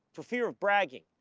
for fear of bragging.